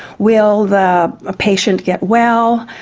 will the ah patient get well?